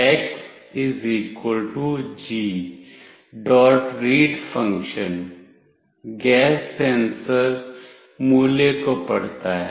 x Gread gas sensor मूल्य को पढ़ता है